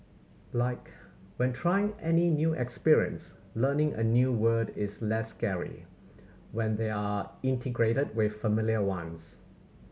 like when trying any new experience learning a new word is less scary when they are integrated with familiar ones